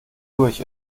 durch